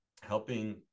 helping